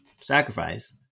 sacrifice